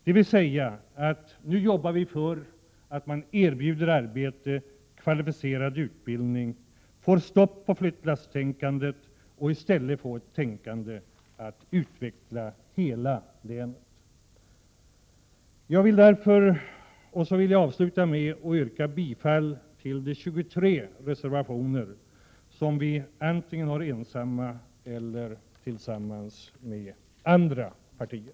Den innebär att vi skall jobba för att erbjuda arbete och kvalificerad utbildning, få ett stopp på flyttlasstänkandet och i stället få ett tänkande som syftar till att utveckla hela länet. Jag vill avslutningsvis yrka bifall till de 23 reservationer som vi står för antingen ensamma eller tillsammans med andra partier.